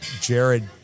Jared